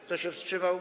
Kto się wstrzymał?